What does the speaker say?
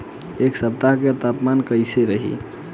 एह सप्ताह के तापमान कईसन रही?